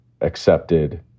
accepted